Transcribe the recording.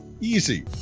easy